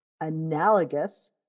analogous